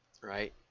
right